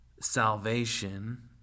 salvation